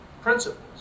principles